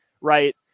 Right